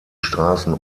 straßen